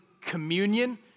communion